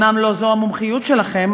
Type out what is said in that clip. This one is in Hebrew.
אומנם לא זו המומחיות שלכם,